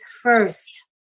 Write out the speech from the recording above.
first